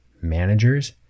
managers